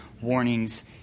warnings